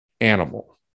animal